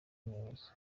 umuyobozi